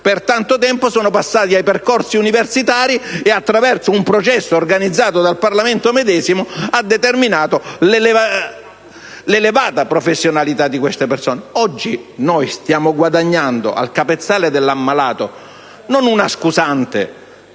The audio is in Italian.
per tanto tempo, sono passati ai percorsi universitari, attraverso un processo organizzato dal Parlamento medesimo, che ha determinato la loro elevata professionalità. Oggi stiamo guadagnando al capezzale dell'ammalato non una scusante,